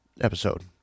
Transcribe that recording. episode